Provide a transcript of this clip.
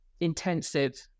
intensive